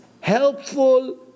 helpful